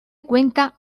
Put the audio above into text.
cuenta